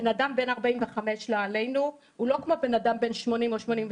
לא עלינו,